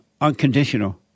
unconditional